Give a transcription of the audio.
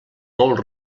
molt